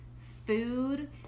food